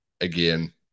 again